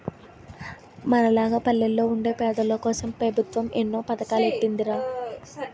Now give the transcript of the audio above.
మనలాగ పల్లెల్లో వుండే పేదోల్లకోసం పెబుత్వం ఎన్నో పదకాలెట్టీందిరా